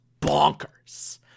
bonkers